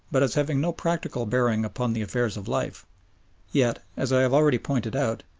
but as having no practical bearing upon the affairs of life yet, as i have already pointed out,